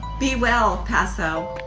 be well paso!